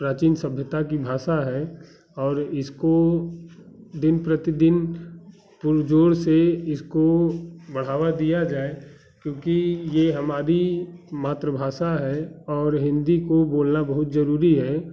प्राचीन सभ्यता कि भाषा है और इसको दिन प्रतिदिन पुरजोर से इसको बढ़ावा दिया जाए क्योंकि ये हमारी मातृभाषा है और हिन्दी को बोलना बहुत जरूरी है